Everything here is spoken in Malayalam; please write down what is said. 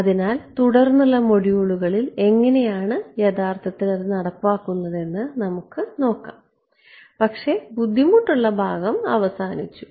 അതിനാൽ തുടർന്നുള്ള മൊഡ്യൂളുകളിൽ നമ്മൾ എങ്ങനെയാണ് യഥാർത്ഥത്തിൽ നടപ്പാക്കുന്നത് എന്ന് നോക്കാം പക്ഷേ ബുദ്ധിമുട്ടുള്ള ഭാഗം അവസാനിച്ചു